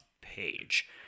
page